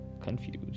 Confused